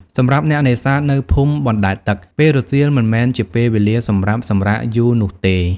សម្រាប់អ្នកនេសាទនៅភូមិបណ្ដែតទឹក ពេលរសៀលមិនមែនជាពេលវេលាសម្រាប់សម្រាកយូរនោះទេ។